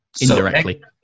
indirectly